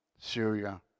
Syria